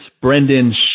Brendan